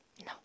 No